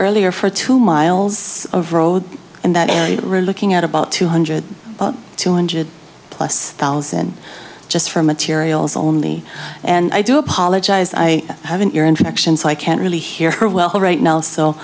earlier for two miles of road and that is it really looking at about two hundred two hundred plus thousand just for materials only and i do apologize i have an ear infection so i can't really hear her well right now